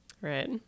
Right